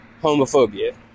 homophobia